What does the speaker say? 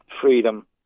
freedom